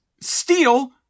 steal